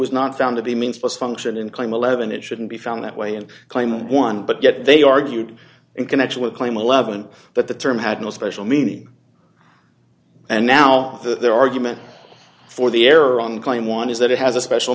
was not found to be means force function and claim eleven it shouldn't be found that way and claimed one but yet they argued in connection with claim eleven that the term had no special meaning and now that their argument for the error on claim one is that it has a special